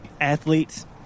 athletes